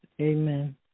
Amen